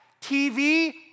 TV